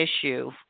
issue